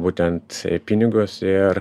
būtent pinigus ir